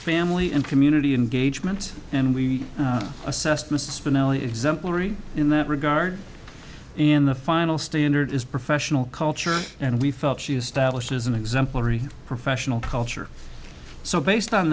family and community engagement and we assessed mr spinelli exemplary in that regard in the final standard is professional culture and we felt she establishes an exemplary professional culture so based on